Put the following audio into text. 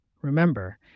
Remember